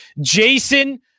Jason